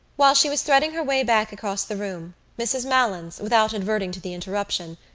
while she was threading her way back across the room mrs. malins, without adverting to the interruption,